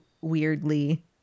weirdly